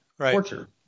torture